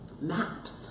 maps